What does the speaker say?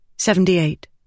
Seventy-eight